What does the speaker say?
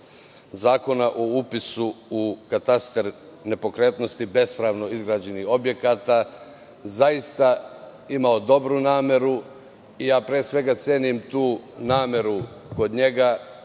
Zakona o upisu u katastar nepokretnosti bespravno izgrađenih objekata, zaista imao dobru nameru. Pre svega, cenim tu nameru kod njega